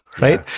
Right